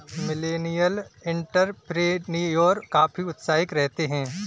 millennial entrepreneur काफी उत्साहित रहते हैं